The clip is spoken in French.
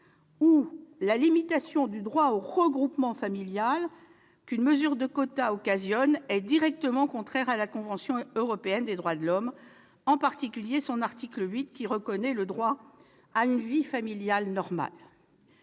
? La limitation du droit au regroupement familial que la mise en place de quotas occasionnerait est directement contraire à la Convention européenne des droits de l'homme, en particulier à son article 8, qui reconnaît le droit à une vie familiale normale.